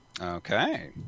Okay